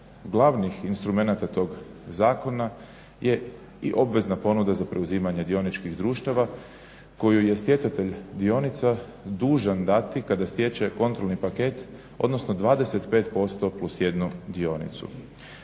glavnih instrumenata tog zakona je i obvezna ponuda za preuzimanje dioničkih društava koju je stjecatelj dionica dužan dati kada stječe kontrolni paket odnosno 25% plus jednu dionicu.